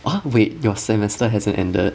ah wait your semester hasn't ended